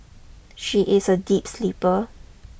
she is a deep sleeper